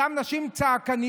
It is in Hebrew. אותן נשים צעקניות,